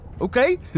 Okay